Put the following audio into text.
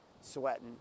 sweating